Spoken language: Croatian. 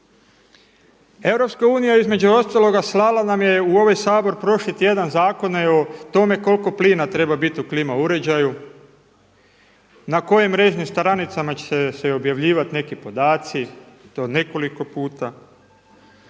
slala nam je u ovaj Sabor prošli tjedan zakone o tome koliko plina treba biti u klima uređaju, na kojim mrežnim stranicama će se objavljivati neki podaci i to nekoliko puta.